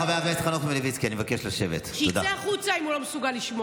חבל על הזמן, הוא לא ישנה פה את הכללים.